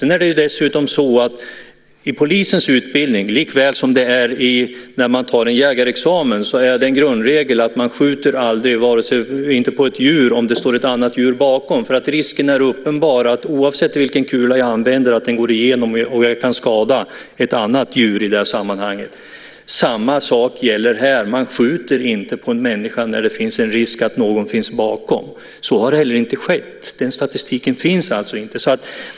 När man tar jägarexamen, liksom i polisens utbildning, är det en grundregel att man aldrig skjuter på ett djur om det står ett annat djur bakom, därför att risken är uppenbar att, oavsett vilken kula jag använder, kulan kan gå igenom så att jag skadar ett annat djur. Samma sak gäller här: Man skjuter inte på en människa när det finns en risk att någon finns bakom. Så har heller inte skett. Den statistiken finns alltså inte.